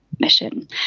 mission